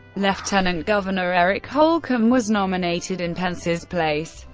lieutenant governor eric holcomb was nominated in pence's place,